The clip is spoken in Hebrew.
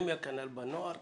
באקדמיה כנ"ל בנוער.